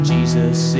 Jesus